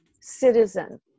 Citizen